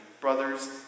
brothers